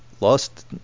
lost